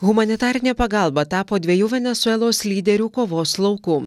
humanitarinė pagalba tapo dviejų venesuelos lyderių kovos lauku